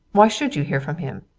why should you hear from him?